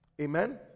amen